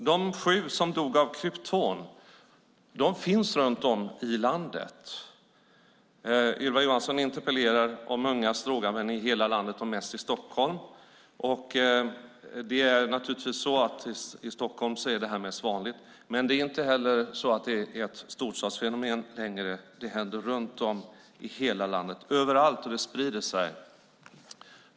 De sju som dog av krypton fanns runt om i landet. Ylva Johansson interpellerar om ungas droganvändning i hela landet och mest i Stockholm. Det här är naturligtvis mest vanligt i Stockholm, men det är inte ett storstadsfenomen längre. Det händer runt om i hela landet, överallt, och det sprider sig.